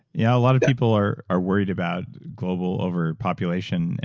yeah. a lot of people are are worried about global overpopulation.